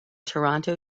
toronto